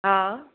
हा